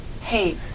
Hey